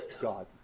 God